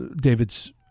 David's